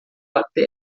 até